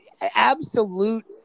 absolute